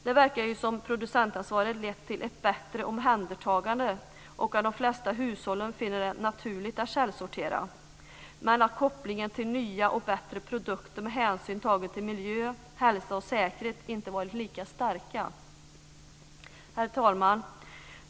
Det verkar som om producentansvaret lett till ett bättre omhändertagande och att de flesta hushåll finner det naturligt att källsortera, men att kopplingen till nya och bättre produkter med hänsyn tagen till miljö, hälsa och säkerhet inte varit lika stark. Herr talman!